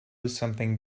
something